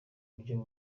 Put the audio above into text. buryo